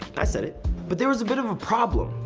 i said it but there was a bit of a problem.